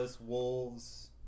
Wolves